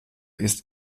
ist